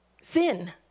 sin